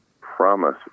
promise